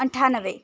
अन्ठानब्बे